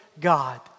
God